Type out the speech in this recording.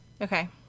okay